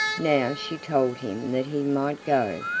now she told him that he might go.